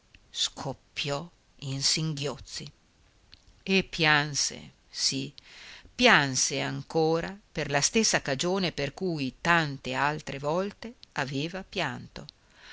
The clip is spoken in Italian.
scoppiò in singhiozzi e pianse sì pianse ancora per la stessa cagione per cui tante altre volte aveva pianto